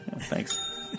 Thanks